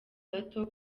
bato